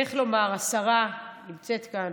צריך לומר, השרה נמצאת כאן,